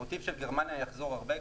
המוטיב של גרמניה יחזור הרבה.